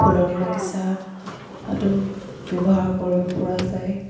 ফুলনি বাগিচাতো ব্যৱহাৰ কৰিব পৰা যায়